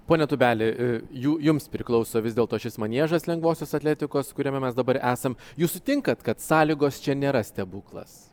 pone tubeli jų jums priklauso vis dėlto šis maniežas lengvosios atletikos kuriame mes dabar esam jūs sutinkat kad sąlygos čia nėra stebuklas